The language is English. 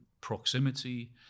proximity